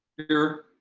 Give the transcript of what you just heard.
here,